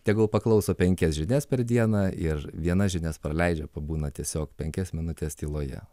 tegul paklauso penkias žinias per dieną ir vienas žinias praleidžia pabūna tiesiog penkias minutes tyloje